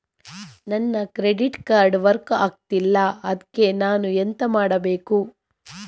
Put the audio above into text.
ನನ್ನ credit card work ಆಗ್ತಿಲ್ಲ ಅದ್ಕೆ ನಾನು ಎಂತ ಮಾಡಬೇಕು?